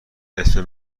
اسم